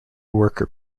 worker